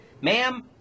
Ma'am